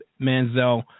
Manziel